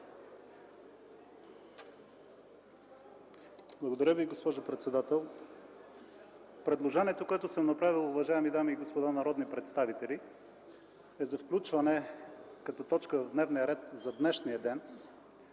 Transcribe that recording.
Благодаря Ви, госпожо председател. Предложението, което съм направил, уважаеми дами и господа народни представители, е за включване като точка в дневния ред за днешния ден